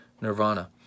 nirvana